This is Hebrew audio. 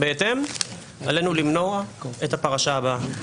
בהתאם עלינו למנוע את הפרשה הבאה,